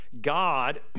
god